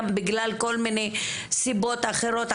גם בגלל כל מיני סיבות אחרות,